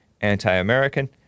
anti-American